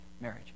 marriage